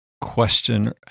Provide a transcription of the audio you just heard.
question